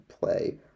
play